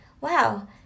wow